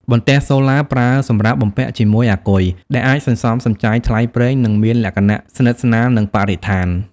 បន្ទះសូឡាប្រើសម្រាប់បំពាក់ជាមួយអាគុយ ដែលអាចសន្សំសំចៃថ្លៃប្រេង និងមានលក្ខណៈស្និទ្ធស្នាលនឹងបរិស្ថាន។